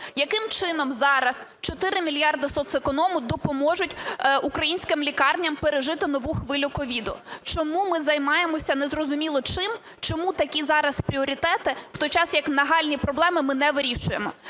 яким чином зараз 4 мільярди соцеконому допоможуть українським лікарням пережити нову хвилю COVID. Чому ми займаємося незрозуміло чим? Чому такі зараз пріоритети, в той час як нагальні проблеми ми не вирішуємо?